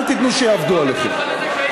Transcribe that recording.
אל תיתנו שיעבדו עליכם.